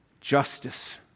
Justice